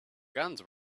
guns